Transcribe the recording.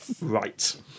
Right